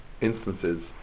instances